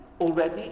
already